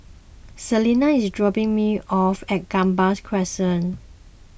Selina is dropping me off at Gambas Crescent